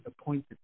appointed